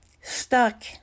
stuck